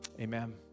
amen